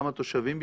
כמה תושבים בפנים,